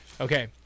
Okay